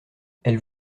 elles